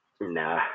Nah